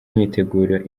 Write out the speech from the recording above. imyiteguro